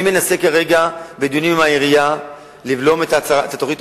אני מנסה כרגע בדיונים עם העירייה לבלום את תוכנית